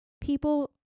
people